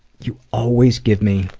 you always give me